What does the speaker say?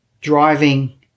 Driving